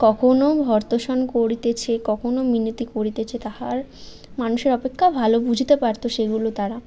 কখনো ভর্ৎসন করিতেছে কখনো মিনতি করিতেছে তাহার মানুষের অপেক্ষা ভালো বুঝিতে পারতো সেইগুলো তারা